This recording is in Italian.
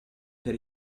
per